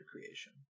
creation